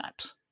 apps